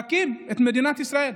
להקים את מדינת ישראל.